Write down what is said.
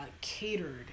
catered